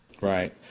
Right